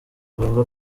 bavuga